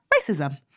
Racism